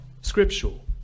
scriptural